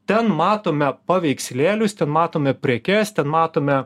ten matome paveikslėlius ten matome prekes ten matome